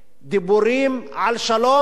דיבורים על שלום,